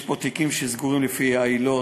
2. יש פה תיקים סגורים לפי העילות: